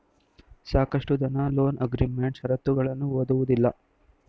ಸಾಕಷ್ಟು ಜನ loan agreement ಶರತ್ತುಗಳನ್ನು ಓದುವುದಿಲ್ಲ